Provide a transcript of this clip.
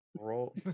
Roll